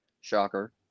Shocker